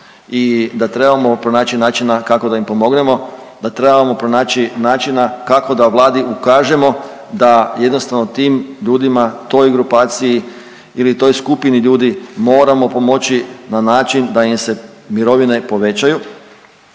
i da trebamo pronaći načina kako da im pomognemo, da trebamo pronaći načina kako da Vladi ukažemo da jednostavno tim ljudima, toj grupaciji ili toj skupini ljudi moramo pomoći na način da im se mirovine povećaju.